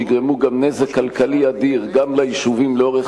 שיגרמו נזק כלכלי אדיר גם ליישובים לאורך